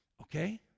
Okay